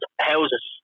houses